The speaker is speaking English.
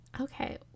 Okay